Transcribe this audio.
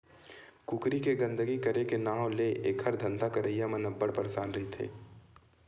कुकरी के गंदगी करे के नांव ले एखर धंधा करइया मन अब्बड़ परसान रहिथे